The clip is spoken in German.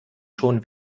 schon